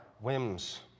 whims